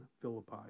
Philippi